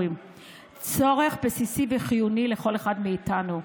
צורך בסיסי וחיוני לכל אחד מאיתנו.